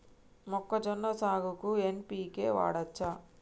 మొక్కజొన్న సాగుకు ఎన్.పి.కే వాడచ్చా?